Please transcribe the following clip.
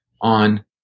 on